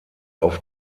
auf